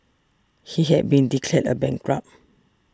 he had been declared a bankrupt